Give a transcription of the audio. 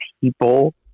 people